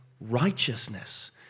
righteousness